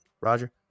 Roger